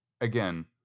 again